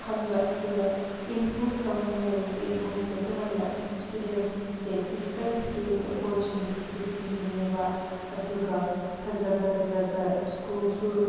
ꯈꯟꯕ ꯑꯗꯨꯅ ꯏꯝꯄ꯭ꯔꯨꯐ ꯇꯧꯅꯤꯡꯉꯥꯏ ꯑꯣꯏꯔꯗꯤ ꯃꯣꯏꯁꯦ ꯑꯗꯨꯃꯥꯏꯅ ꯏꯁꯇꯨꯗꯦꯟꯁꯄꯨꯁꯦ ꯗꯤꯐ꯭ꯔꯦꯟ ꯐꯤꯜꯒꯤ ꯑꯣꯄꯣꯔꯆꯨꯅꯤꯇꯤꯁꯦ ꯄꯤꯒꯅꯤꯕ ꯑꯗꯨꯒ ꯐꯖꯕ ꯐꯖꯕ ꯁ꯭ꯀꯨꯜꯁꯨ